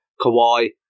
Kawhi